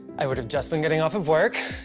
i would've just been getting off of work,